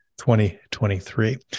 2023